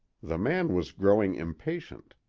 the man was growing impatient.